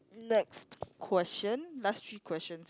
next question last three questions